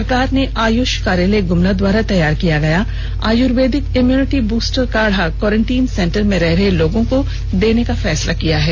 सरकार ने आयुष कार्यालय गुमला द्वारा तैयार किया गया आयुर्वेदिक इम्यूनिटी ब्रस्टर काढ़ा कोरेंटाईन सेंटर में रह रहे लोगों को देने का फैसला लिया है